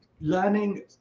learning